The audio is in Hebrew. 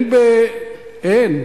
אין.